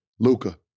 Luca